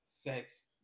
Sex